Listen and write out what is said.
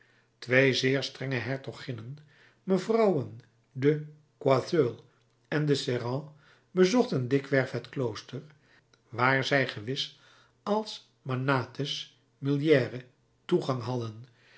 twee zeer strenge hertoginnen mevrouwen de choiseul en de sérent bezochten dikwerf het klooster waar zij gewis als magnates mulieres toegang hadden